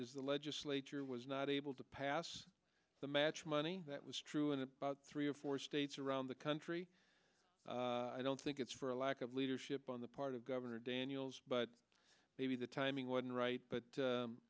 is the legislature was not able to pass the match money that was true in about three or four states around the country i don't think it's for a lack of leadership on the part of governor daniels but maybe the timing wasn't right but